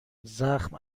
زخم